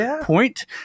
point